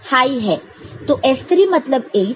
तो S3 मतलब 8 S1 मतलब 2 है